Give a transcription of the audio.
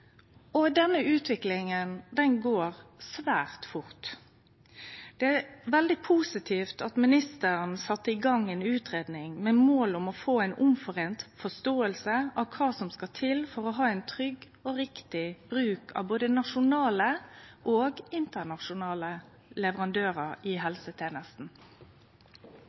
og verksemder, og denne utviklinga går svært fort. Det er veldig positivt at ministeren sette i gong ei utgreiing med mål om å få ei felles forståing av kva som skal til for å ha ein trygg og riktig bruk av både nasjonale og internasjonale leverandørar i